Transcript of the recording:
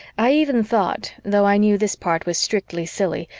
i even thought, though i knew this part was strictly silly,